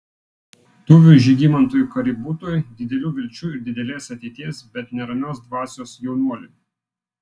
tuviui žygimantui kaributui didelių vilčių ir didelės ateities bet neramios dvasios jaunuoliui